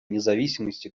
независимости